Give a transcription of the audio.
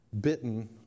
bitten